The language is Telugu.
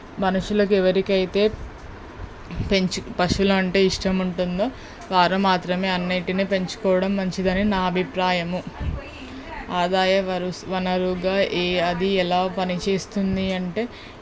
మనుషులకి ఎవరికైతే పెంచు పశువులు అంటే ఇష్టం ఉంటుందో వారు మాత్రమే అన్నింటిని పెంచుకోవడం మంచిదని నా అభిప్రాయము ఆధాయ వరుస్ వనరుగా ఏ అది ఎలా పని చేస్తుంది అంటే